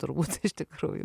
turbūt iš tikrųjų